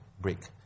break